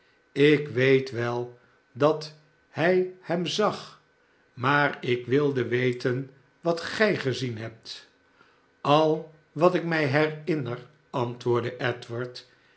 ik weet wel dat hij hem zag maar ik wilde weten wat gij gezien hebt a wat ik mij herinner antwoordde